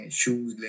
shoes